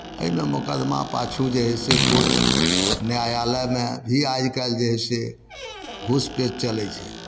एहिमे मोकदमा पाछू जे हइ से कोर्ट न्यायालयमे भी आइ काल्हि जे हइ से घूस पेंच चलै छै